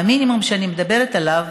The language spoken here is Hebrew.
והמינימום שאני מדברת עליו,